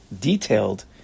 detailed